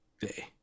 Day